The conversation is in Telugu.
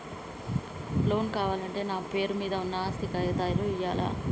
లోన్ కావాలంటే నా పేరు మీద ఉన్న ఆస్తి కాగితాలు ఇయ్యాలా?